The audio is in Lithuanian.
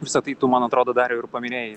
visa tai tu man atrodo dariau ir paminėjai